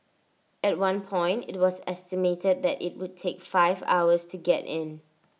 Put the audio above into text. at one point IT was estimated that IT would take five hours to get in